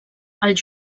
els